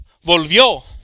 Volvió